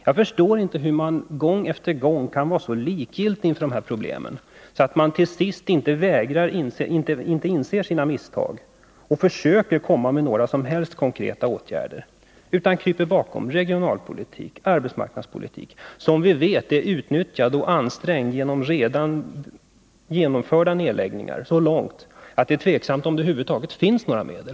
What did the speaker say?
Jag förstår inte hur man gång på gång kan vara så likgiltig inför dessa problem, att man till sist inte inser sina misstag och inte försöker komma med några som helst konkreta åtgärder. I stället kryper man bakom regionalpolitiken och arbetsmarknadspolitiken, som vi vet är utnyttjade och ansträngda på grund av redan genomförda nedläggningar i den utsträckning att det är tvivelaktigt om det över huvud taget finns några medel.